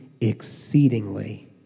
exceedingly